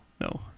No